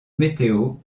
météo